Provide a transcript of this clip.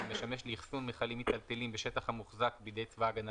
המשמש לאחסון מכלים מיטלטלים בשטח המוחזק בידי צבא הגנה